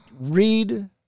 read